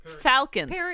Falcons